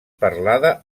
parlada